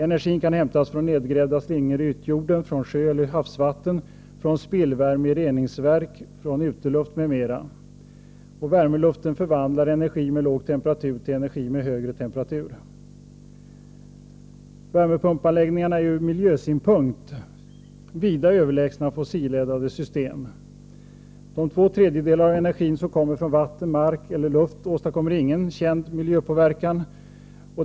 Energin kan hämtas från nedgrävda slingor i ytjorden, från sjöeller havsvatten, från spillvärme i reningsverk, från uteluft m.m. Värmepumpen förvandlar energi med låg temperatur till energi med högre temperatur. Värmepumpanläggningarna är ur miljösynpunkt vida överlägsna fossileldade system. De två tredjedelar av energin som kommer från vatten, mark eller luft åstadkommer ingen känd miljöpåverkan.